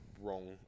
wrong